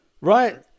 Right